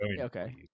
Okay